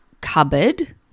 cupboard